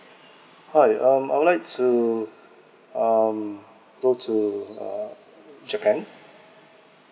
hi um I would to um go to uh japan